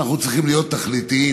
אנחנו צריכים להיות תכליתיים.